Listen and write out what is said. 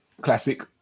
Classic